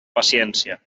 paciència